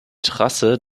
trasse